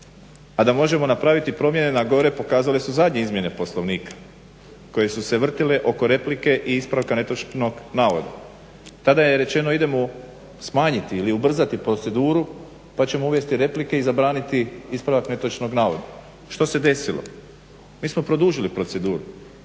A da možemo napraviti promjene na gore pokazale su zadnje izmjene Poslovnika koje su se vrtile oko replike i ispravka netočnog navoda. Tada je rečeno idemo smanjiti ili ubrzati proceduru pa ćemo uvesti replike i zabraniti ispravak netočnog navoda. Što se desilo? Mi smo produžili proceduru.